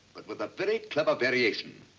but with a very clever variation.